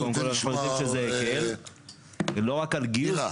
רוצה לשמוע את מירה --- לא רק על גיוס,